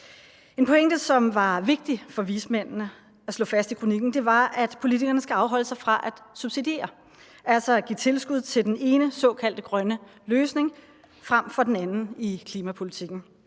En pointe for vismændene at slå fast i kronikken var, at politikerne skal afholde sig fra at subsidiere, altså at give tilskud til den ene såkaldt grønne løsning frem for den anden i klimapolitikken.